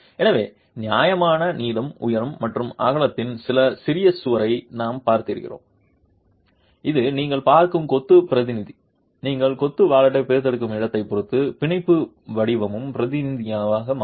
எனவே நியாயமான நீளம் உயரம் மற்றும் அகலத்தின் ஒரு சிறிய சுவரை நாம் பார்க்கிறோம் இது நீங்கள் பார்க்கும் கொத்து பிரதிநிதி நீங்கள் கொத்து வாலெட்டை பிரித்தெடுக்கும் இடத்தைப் பொறுத்து பிணைப்பு வடிவமும் பிரதிநிதியாக மாறும்